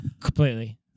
Completely